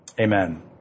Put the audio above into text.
amen